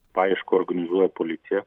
paiešką organizuoja policija